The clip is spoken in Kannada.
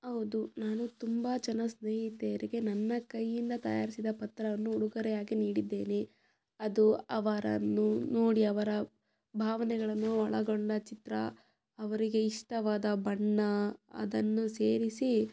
ಹೌದು ನಾನು ತುಂಬ ಜನ ಸ್ನೇಹಿತೆಯರಿಗೆ ನನ್ನ ಕೈಯಿಂದ ತಯಾರಿಸಿದ ಪತ್ರವನ್ನು ಉಡುಗೊರೆಯಾಗಿ ನೀಡಿದ್ದೇನೆ ಅದು ಅವರನ್ನು ನೋಡಿ ಅವರ ಭಾವನೆಗಳನ್ನು ಒಳಗೊಂಡ ಚಿತ್ರ ಅವರಿಗೆ ಇಷ್ಟವಾದ ಬಣ್ಣ ಅದನ್ನು ಸೇರಿಸಿ